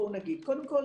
קודם כל,